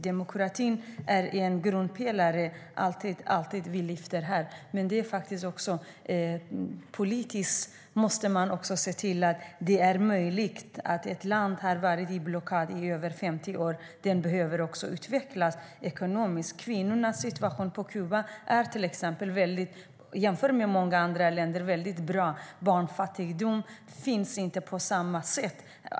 Demokratin är en grundpelare, och det är viktigt att alltid lyfta fram detta. Men man måste också se till de politiska möjligheterna. Landet har varit under blockad i över 50 år. Det behöver utvecklas ekonomiskt. Kvinnornas situation på Kuba är dock väldigt bra jämfört med många andra länder, och barnfattigdom finns inte på samma sätt.